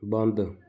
ਬੰਦ